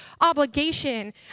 obligation